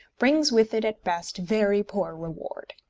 brings with it at best very poor reward.